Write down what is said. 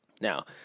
now